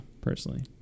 personally